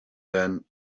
then